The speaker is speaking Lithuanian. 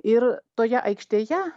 ir toje aikštėje